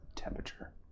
Temperature